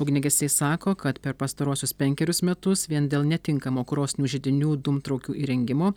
ugniagesiai sako kad per pastaruosius penkerius metus vien dėl netinkamo krosnių židinių dūmtraukių įrengimo